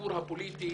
לסיפור הפוליטי